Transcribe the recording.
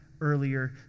earlier